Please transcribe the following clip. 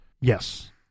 Yes